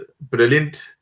brilliant